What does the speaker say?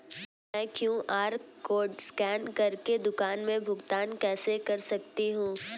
मैं Q R code scan कर के दुकान में भुगतान कैसे कर सकती हूँ?